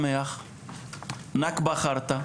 אחרת,